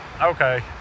okay